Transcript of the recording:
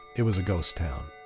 it was a ghost town